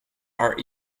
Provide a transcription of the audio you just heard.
are